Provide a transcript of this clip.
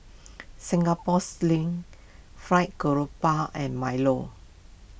Singapore Sling Fried Grouper and Milo